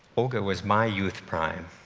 olga was my youth prime.